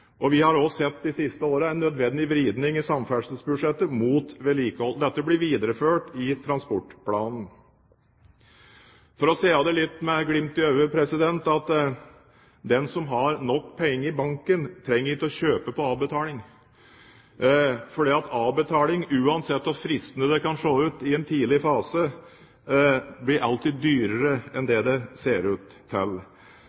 Vi har de siste årene sett en nødvendig vridning av samferdselsbudsjettet mot vedlikehold. Dette blir videreført i transportplanen. For å si det med et glimt i øyet: Den som har nok penger i banken, trenger ikke å kjøpe på avbetaling. For uansett hvor fristende avbetaling kan være i en tidlig fase, blir det alltid dyrere enn